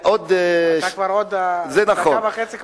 אתה כבר דקה וחצי אחרי.